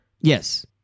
Yes